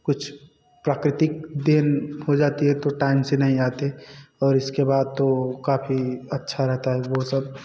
कुछ प्राकृतिक दिन हो जाती है तो टाइम से नहीं आते और इसके बाद तो काफ़ी अच्छा रहता है वह सब